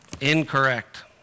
incorrect